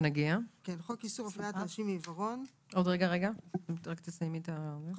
גם נשים ובכלל אנשים נפגעי תקיפה מינית,